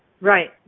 Right